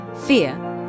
fear